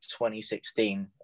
2016